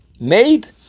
Made